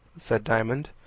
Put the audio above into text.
said diamond,